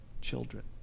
children